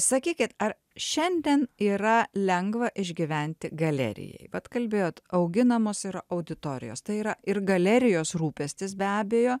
sakykit ar šiandien yra lengva išgyventi galerijai vat kalbėjot auginamos yra auditorijos tai yra ir galerijos rūpestis be abejo